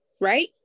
right